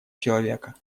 человека